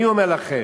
אני אומר לכם,